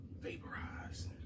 vaporize